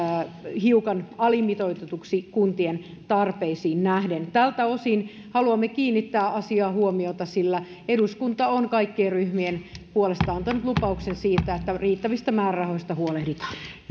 hiukan alimitoitetuiksi kuntien tarpeisiin nähden tältä osin haluamme kiinnittää asiaan huomiota sillä eduskunta on kaikkien ryhmien puolesta antanut lupauksen siitä että riittävistä määrärahoista huolehditaan